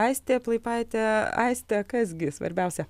aistė plaipaitė aiste kas gi svarbiausia